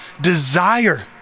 desire